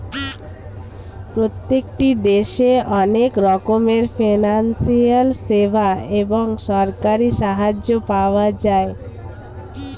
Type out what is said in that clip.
প্রত্যেকটি দেশে অনেক রকমের ফিনান্সিয়াল সেবা এবং সরকারি সাহায্য পাওয়া যায়